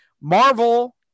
Marvel